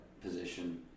position